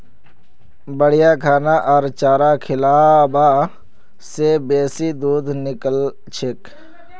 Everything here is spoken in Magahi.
बढ़िया खाना आर चारा खिलाबा से बेसी दूध निकलछेक